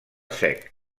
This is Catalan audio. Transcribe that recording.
sec